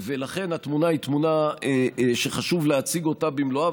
לכן, התמונה היא תמונה שחשוב להציג אותה במלואה.